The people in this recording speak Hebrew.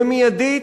ומיידית,